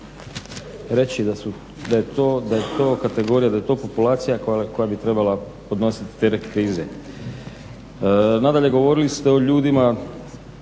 Hvala vam